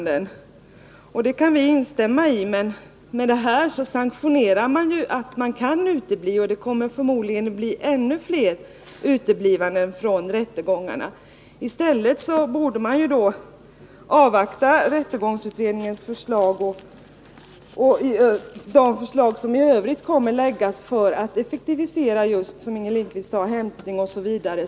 Det kan vi instämma i. Men med detta förslag sanktioneras ett uteblivande, och det blir förmodligen ännu fler uteblivanden från rättegångarna. I stället borde man avvakta rättegångsutredningens förslag och de övriga förslag som kommer att läggas fram för att effektivisera vitesoch hämtningsinstituten.